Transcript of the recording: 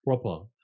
proper